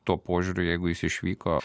tuo požiūriu jeigu jis išvyko